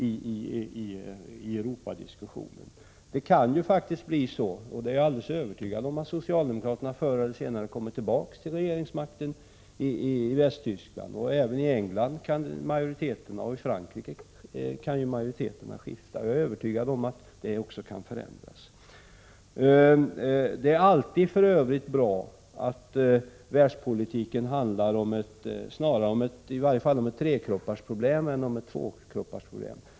Det kan ju faktiskt bli så — jag är alldeles övertygad om det — att socialdemokraterna förr eller senare kommer tillbaka till regeringsmakten i Västtyskland. Även i England och i Frankrike kan säkert majoriteterna skifta. Det är för övrigt alltid bra att världspolitiken handlar snarare om ett trekropparsproblem än om ett tvåkropparsproblem.